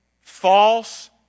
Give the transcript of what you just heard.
false